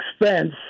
expense